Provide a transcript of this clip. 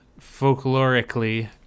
folklorically